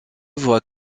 voit